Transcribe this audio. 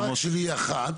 יש לי שאלה אחת.